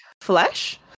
flesh